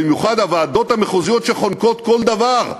במיוחד הוועדות המחוזיות שחונקות כל דבר.